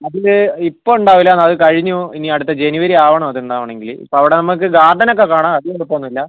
അതിൽ ഇപ്പോൾ ഉണ്ടാവില്ലയെന്ന് അത് കഴിഞ്ഞു ഇനി അടുത്ത ജനുവരി ആകണം അതുണ്ടാവണമെങ്കിൽ ഇപ്പോൾ അവിടെ നമ്മൾക്ക് ഗാർഡനൊക്കെ കാണാം അതിന് കുഴപ്പമൊന്നുമില്ല